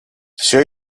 все